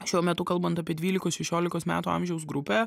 šiuo metu kalbant apie dvylikos šešiolikos metų amžiaus grupę